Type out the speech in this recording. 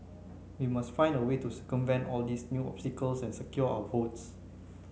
we must find a way to circumvent all these new obstacles and secure our votes